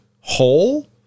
whole